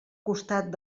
costat